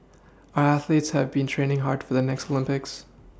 our athletes have been training hard for the next Olympics